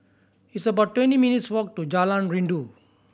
it's about twenty minutes' walk to Jalan Rindu